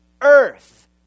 earth